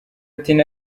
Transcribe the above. ati